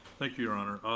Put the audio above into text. thank you your honor.